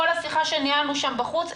כל השיחה שניהלנו שם בחוץ,